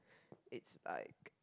it's like